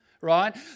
right